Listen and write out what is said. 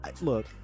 look